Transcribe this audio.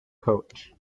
coach